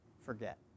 forget